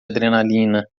adrenalina